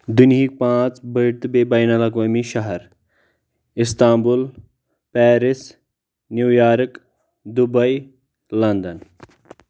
دُنیٖہٕکۍ پانٛژھ بٔڑۍ تہٕ بییٚہِ بین الاقوٲمی شہر Istanbul Paris New York Dubai London